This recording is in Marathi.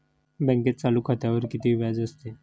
बँकेत चालू खात्यावर किती व्याज असते?